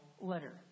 letter